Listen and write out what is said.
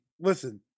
listen